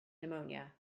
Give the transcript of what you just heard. pneumonia